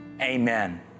Amen